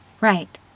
right